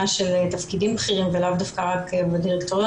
של תפקידים בכירים ולאו דווקא רק בדירקטוריון.